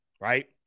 right